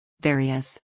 Various